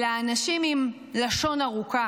אלא אנשים עם לשון ארוכה.